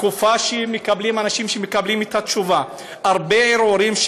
התקופה שאנשים מקבלים את התשובה: הרבה ערעורים,